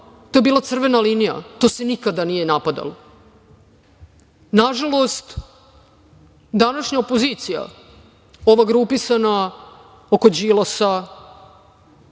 To je bila crvena linija. To se nikada nije napadalo. Nažalost, današnja opozicija, ova grupisana oko Đilasa